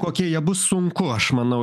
kokie jie bus sunku aš manau